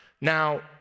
Now